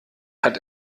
hat